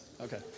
Okay